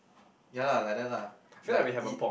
ya lah like that lah like it